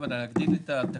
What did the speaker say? הכוונה להגדיל את התקציב?